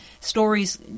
stories